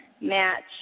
match